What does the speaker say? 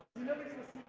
notices